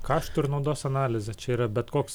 kaštų ir naudos analizė čia yra bet koks